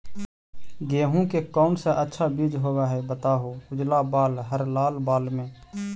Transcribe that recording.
गेहूं के कौन सा अच्छा बीज होव है बताहू, उजला बाल हरलाल बाल में?